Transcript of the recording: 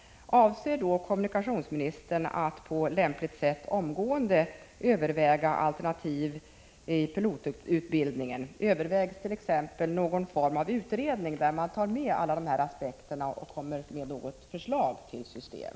Avser kommunikationsministern att på lämpligt sätt omgående överväga alternativ pilotutbildning? Övervägs t.ex. någon utredning, som kan bedöma alla dessa aspekter och lägga fram förslag till system?